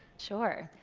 sure.